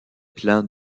plans